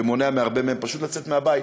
ומונע מהרבה מהם פשוט לצאת מהבית